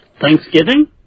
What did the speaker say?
Thanksgiving